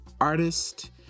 artist